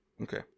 Okay